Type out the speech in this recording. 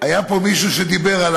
היה פה מישהו שדיבר על